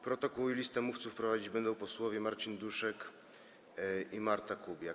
Protokół i listę mówców prowadzić będą posłowie Marcin Duszek i Marta Kubiak.